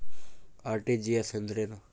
RTGS ಎಂದರೇನು?